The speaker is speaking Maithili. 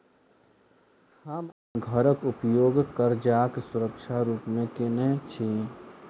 हम अप्पन घरक उपयोग करजाक सुरक्षा रूप मेँ केने छी